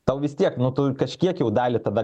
tau vis tiek nu tu kažkiek jau dalį tada